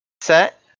set